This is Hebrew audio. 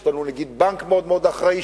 יש לנו נגיד בנק מאוד מאוד אחראי,